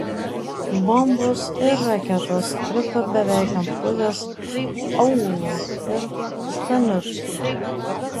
bombos ir raketos krito beveik ant pusės aūlų ir stanicų